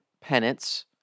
penance